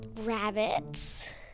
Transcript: rabbits